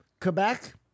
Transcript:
Quebec